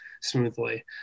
smoothly